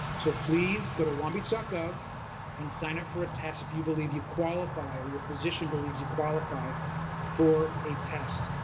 so please go to longbeach ah gov and sign up for a test if you believe you qualify or your physician believes you qualify for a test.